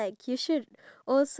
oh